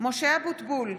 משה אבוטבול,